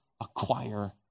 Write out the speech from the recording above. acquire